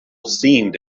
seemed